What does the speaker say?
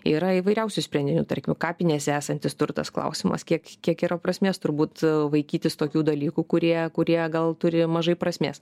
yra įvairiausių sprendimų tarkim kapinėse esantis turtas klausimas kiek kiek yra prasmės turbūt vaikytis tokių dalykų kurie kurie gal turi mažai prasmės